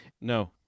no